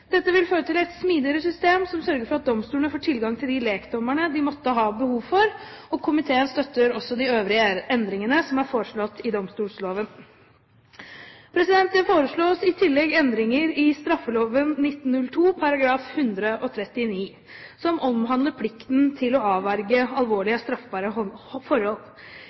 Dette vil føre til et smidigere system som sørger for at domstolene får tilgang til de lekdommerne de måtte ha behov for, og komiteen støtter også de øvrige endringene som er foreslått i domstolloven. Det foreslås i tillegg endringer i straffeloven 1902 § 139, som omhandler plikten til å avverge alvorlige straffbare forhold.